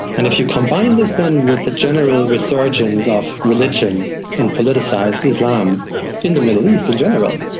and if you combine this then with the general resurgence of religion and politicised islam in the middle east in general,